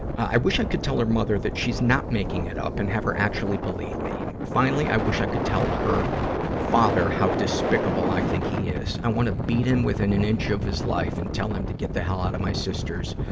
i wish i could tell her mother she's that not making it up and have her actually believe me. finally, i wish i could tell her father how despicable i think he is. i wanna beat him within an inch of his life and tell him to get the hell out of my sister's,